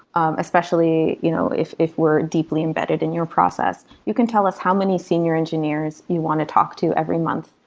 um especially you know if if we're deeply embedded in your process, you can tell us how many senior engineers you want to talk to every month,